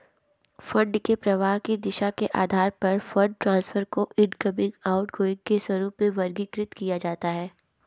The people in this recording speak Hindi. फंड के प्रवाह की दिशा के आधार पर फंड ट्रांसफर को इनकमिंग, आउटगोइंग के रूप में वर्गीकृत किया जाता है